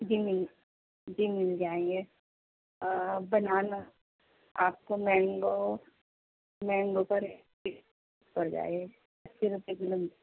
جی مل جی مل جائیں گے بنانا آپ کو مینگو مینگو سر پڑ جائے گی اَسی روپیے کلو